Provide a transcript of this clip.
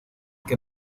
que